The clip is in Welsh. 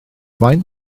faint